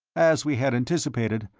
as we had anticipated,